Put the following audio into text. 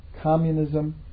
communism